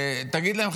תגיד להם,